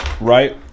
Right